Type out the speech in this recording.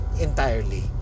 entirely